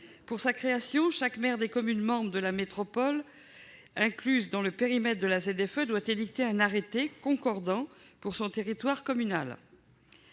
de sa création, chaque maire des communes membres de la métropole et incluses dans le périmètre de la ZFE doit édicter un arrêté concordant pour son territoire communal.